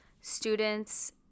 students